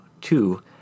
two